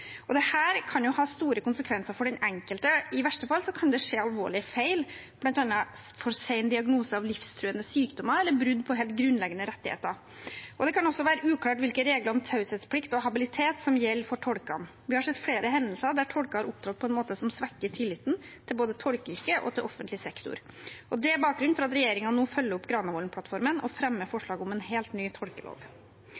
og dette kan ha store konsekvenser for den enkelte. I verste fall kan det skje alvorlige feil, bl.a. for sen diagnose av livstruende sykdommer eller brudd på helt grunnleggende rettigheter. Det kan også være uklart hvilke regler om taushetsplikt og habilitet som gjelder for tolkene. Vi har sett flere hendelser der tolker har opptrådt på en måte som svekker tilliten til både tolkeyrket og offentlig sektor. Det er bakgrunnen for at regjeringen nå følger opp Granavolden-plattformen og fremmer forslag om en helt ny tolkelov. Hovedmålet med loven er å tydeliggjøre offentlige organers ansvar for